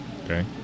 Okay